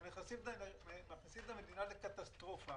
אנחנו מכניסים את המדינה לקטסטרופה.